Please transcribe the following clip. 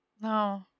No